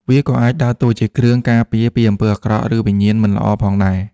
វាក៏អាចដើរតួជាគ្រឿងការពារពីអំពើអាក្រក់ ឬវិញ្ញាណមិនល្អផងដែរ។